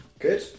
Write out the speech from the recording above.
Good